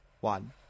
one